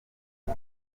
com